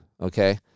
okay